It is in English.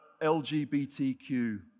LGBTQ+